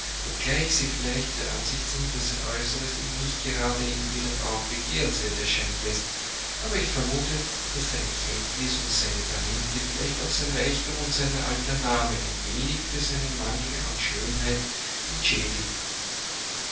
obgleich sie vielleicht der ansicht sind daß sein äußeres ihn nicht gerade in ihren augen begehrenswert erscheinen läßt aber ich vermute daß seine kenntnisse und seine talente vielleicht auch sein reichtum und sein alter name ein wenig für seinen mangel an schönheit entschädigen